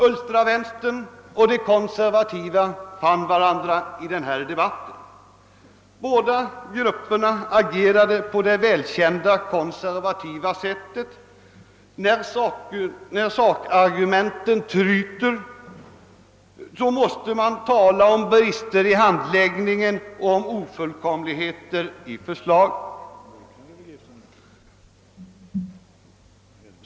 Ultravänstern och de konservativa fann varandra i denna debatt. Båda grupperna agerade på det välkända konservativa sättet när sakargumenten tryter måste man tala om brister i handläggningen och om ofullkomligheter i förslaget.